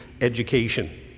education